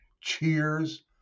Cheers